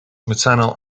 maternal